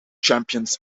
champions